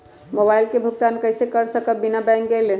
Mobile के भुगतान कईसे कर सकब बिना बैंक गईले?